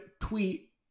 tweet